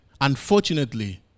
unfortunately